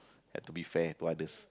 had to be fair to others